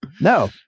No